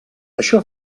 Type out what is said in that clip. això